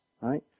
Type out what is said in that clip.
right